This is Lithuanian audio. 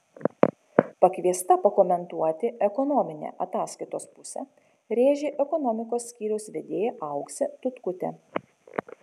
pakviesta pakomentuoti ekonominę ataskaitos pusę rėžė ekonomikos skyriaus vedėja auksė tutkutė